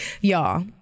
Y'all